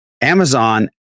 Amazon